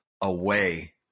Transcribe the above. away